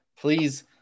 Please